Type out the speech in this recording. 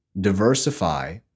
diversify